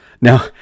Now